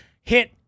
hit